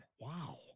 Wow